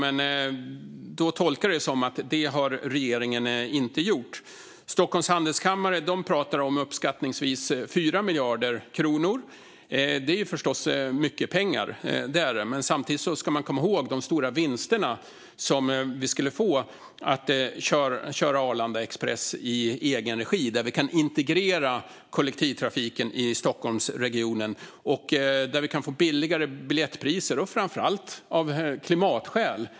Det tolkar jag som att regeringen inte har gjort det. Stockholms Handelskammare pratar om uppskattningsvis 4 miljarder kronor. Det är förstås mycket pengar. Men man ska komma ihåg de stora vinsterna vi skulle få genom att köra Arlanda Express i egen regi. Då kan vi integrera kollektivtrafiken i Stockholmsregionen och få billigare biljettpriser. Det handlar framför allt om klimatskäl.